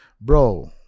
Bro